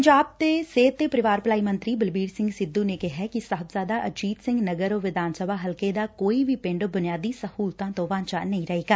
ਪੰਜਾਬ ਦੇ ਸਿਹਤ ਤੇ ਪਰਿਵਾਰ ਭਲਾਈ ਮੰਤਰੀ ਬਲਬੀਰ ਸਿੰਘ ਸਿੱਧੂ ਨੇ ਕਿਹੈ ਕਿ ਸਾਹਿਬਜ਼ਾਦਾ ਅਜੀਤ ਸਿੰਘ ਨਗਰ ਵਿਧਾਨ ਸਭਾ ਹਲਕੇ ਦਾ ਕੋਈ ਵੀ ਪਿੰਡ ਬੁਨਿਆਦੀ ਸਹੁਲਤਾਂ ਤੋਂ ਵਾਝਾਂ ਨਹੀਂ ਰਹੇਗਾ